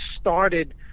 started